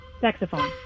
Saxophone